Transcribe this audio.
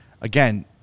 again